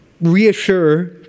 reassure